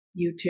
YouTube